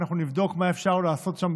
אנחנו נבדוק מה אפשר לעשות שם,